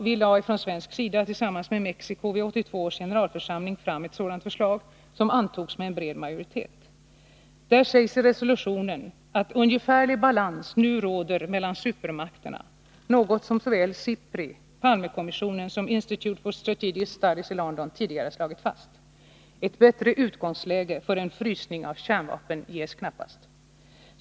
Vi lade från svensk sida tillsammans med Mexico vid 1982 års generalförsamling fram ett sådant förslag, som antogs med bred majoritet. I resolutionen sägs att en ungefärlig balans nu råder mellan supermakterna, något som såväl SIPRI, Palmekommissionen som Institut for Strategic Studies i London tidigare slagit fast. Ett bättre utgångsläge för en frysning av kärnvapen ges knappast.